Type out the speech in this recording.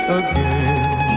again